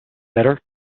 better